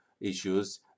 issues